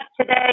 today